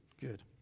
good